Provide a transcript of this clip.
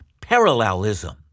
parallelism